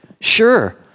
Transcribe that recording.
Sure